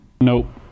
nope